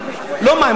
לא מאי,